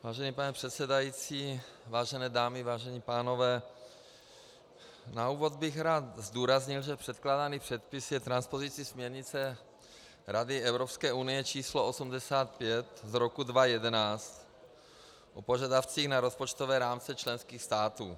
Vážený pane předsedající, vážené dámy, vážení pánové, na úvod bych rád zdůraznil, že předkládaný předpis je transpozicí směrnice Rady Evropské unie č. 85/2011 o požadavcích na rozpočtové rámce členských států.